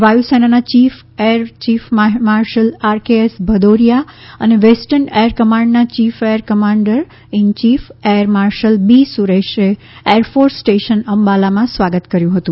વાયુસેનાના chief air chief marshal R KS Bhadauria અને western air કમાન્ડના chief air commander in chief air marshal B સુરેશેએર force station અંબાલામાં સ્વાગત કર્યું હતું